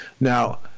Now